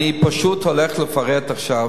אני פשוט הולך לפרט עכשיו,